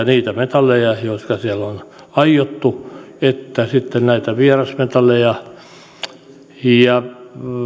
niitä metalleja joita siellä on aiottu että sitten näitä vierasmetalleja ja